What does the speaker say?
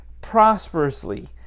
prosperously